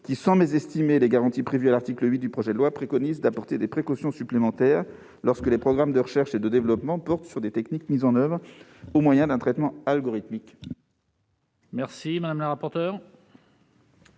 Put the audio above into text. qui, sans mésestimer les garanties prévues à l'article 8 du projet de loi, préconise de prévoir des précautions supplémentaires lorsque les programmes de recherche et de développement portent sur des techniques mises en oeuvre au moyen d'un traitement algorithmique. Quel est l'avis de